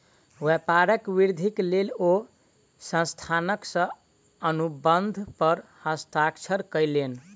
व्यापारक वृद्धिक लेल ओ संस्थान सॅ अनुबंध पर हस्ताक्षर कयलैन